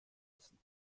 essen